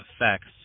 effects